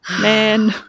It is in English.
Man